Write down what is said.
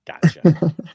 Gotcha